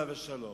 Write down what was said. עליו השלום,